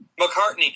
McCartney